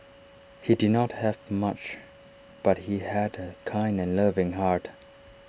he did not have much but he had A kind and loving heart